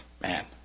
Man